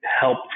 help